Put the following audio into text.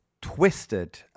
twisted